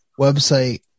website